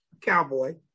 Cowboy